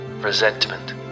resentment